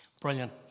Brilliant